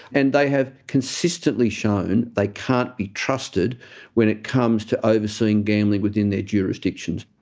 and they have consistently shown they can't be trusted when it comes to overseeing gambling within their jurisdictions.